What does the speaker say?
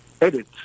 edit